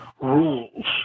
rules